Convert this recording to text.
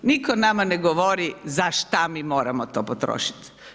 Nitko nama ne govori za šta mi moramo to potrošit.